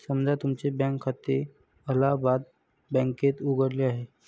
समजा तुमचे बँक खाते अलाहाबाद बँकेत उघडले आहे